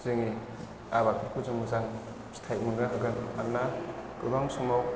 जोङो आबादफोरखौ जोङो मोजां फिथाइ मोननो हागोन मानोना गोबां समाव